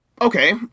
Okay